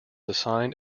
assigned